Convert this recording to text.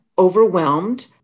Overwhelmed